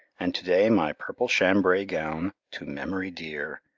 and to-day my purple chambray gown, to memory dear,